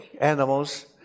animals